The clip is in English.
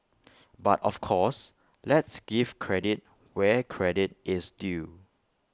but of course let's give credit where credit is due